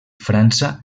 frança